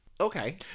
okay